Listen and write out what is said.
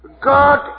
God